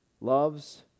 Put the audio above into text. loves